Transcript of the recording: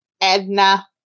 Edna